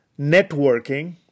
networking